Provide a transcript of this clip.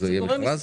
יהיה מכרז?